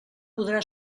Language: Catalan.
podrà